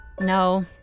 No